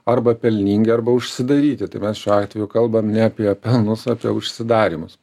arba pelningi arba užsidaryti tai mes šiuo atveju kalbam ne apie pelnus apie užsidarymus